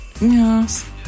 yes